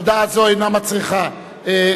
הודעה זו אינה מצריכה הצבעה.